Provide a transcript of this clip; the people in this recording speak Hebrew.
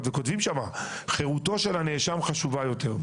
וכותבים שמה: חירותו של הנאשם חשובה יותר.